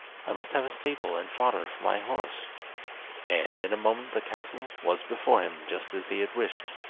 i must have stable and fodder for my horse and in a moment the castle was before him just as he had wished.